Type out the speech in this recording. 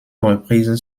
reprises